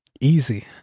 easy